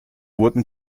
wurden